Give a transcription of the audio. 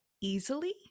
easily